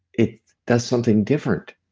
it does something different.